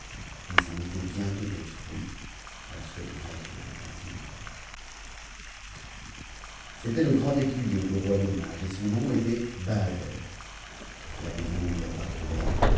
ils en étaient bientôt au fruit lorsque le maure de la jtiisou arriva d d bhd l était le grand écuyer du roi des mages et son nom était bahader la isoh ui appartenait